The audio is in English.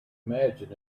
imagine